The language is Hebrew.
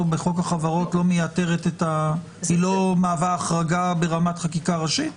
בחוק החברות היא לא מהווה החרגה ברמת חקיקה ראשית.